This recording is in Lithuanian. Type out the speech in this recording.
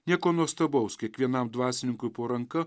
nieko nuostabaus kiekvienam dvasininkui po ranka